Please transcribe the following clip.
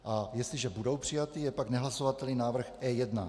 A jestliže budou přijaty, pak je nehlasovatelný návrh E1.